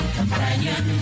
companion